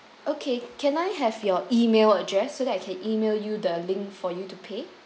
okay can I have your email address so that I can email you the links for you to pay